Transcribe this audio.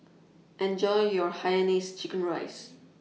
Enjoy your Hainanese Chicken Rice